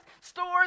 stores